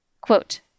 Quote